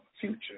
future